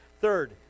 Third